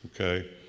Okay